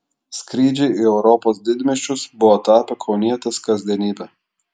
skrydžiai į europos didmiesčius buvo tapę kaunietės kasdienybe